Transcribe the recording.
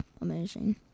Amazing